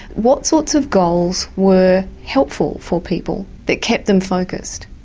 what sorts of goals were helpful for people that kept them focussed?